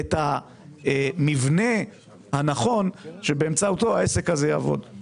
את המבנה הנכון שבאמצעותו העסק הזה יעבוד.